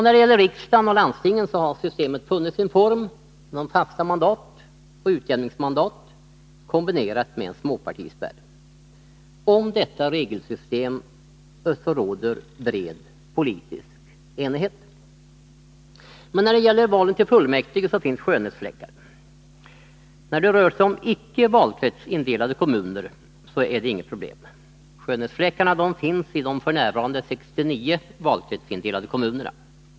När det gäller val till riksdagen och landstingen har systemet funnit sin form genom fasta mandat och utjämningsmandat, kombinerat med småpartispärr. Om detta regelsystem råder bred politisk enighet. Men när det gäller valen till fullmäktige finns det vissa skönhetsfläckar. När det rör sig om icke valkretsindelade kommuner är det inget problem. Skönhetsfläckarna finns i de f. n. 69 valkretsindelade kommunerna.